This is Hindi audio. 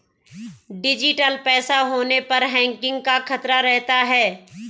डिजिटल पैसा होने पर हैकिंग का खतरा रहता है